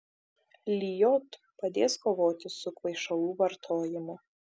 lijot padės kovoti su kvaišalų vartojimu